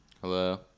Hello